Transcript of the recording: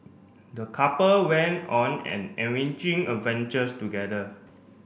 the couple went on an enriching adventures together